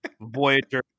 Voyager